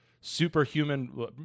superhuman